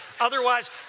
Otherwise